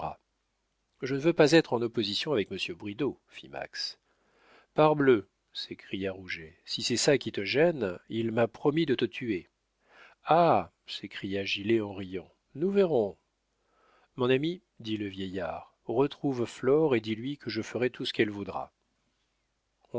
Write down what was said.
je ne veux pas être en opposition avec monsieur bridau fit max parbleu s'écria rouget si c'est ça qui te gêne il m'a promis de te tuer ah s'écria gilet en riant nous verrons mon ami dit le vieillard retrouve flore et dis-lui que je ferai tout ce qu'elle voudra